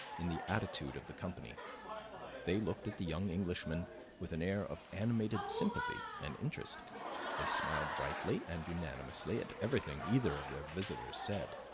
in the attitude of the company they looked at the young englishmen with an air of animated sympathy and interest they smiled, brightly and unanimously, at everything either of the visitors said.